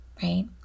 right